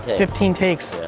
fifteen takes.